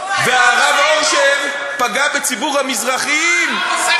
והרב אורשר פגע בציבור המזרחים, הוא רב?